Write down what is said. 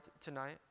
tonight